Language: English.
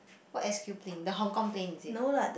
or S_Q plane the Hong-Kong plane is it